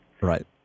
Right